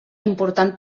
important